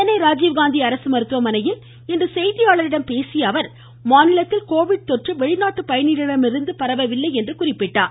சென்னை ராஜீவ்காந்தி அரசு மருத்துவமனையில் இன்று செய்தியாளர்களிடம் பேசிய அவர் மாநிலத்தில் கோவிட் கொற்று வெளிநாட்டு பயணிகளிடமிருந்து பரவவில்லை என குறிப்பிட்டார்